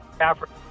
Africa